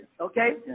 Okay